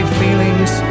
feelings